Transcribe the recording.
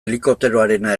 helikopteroarena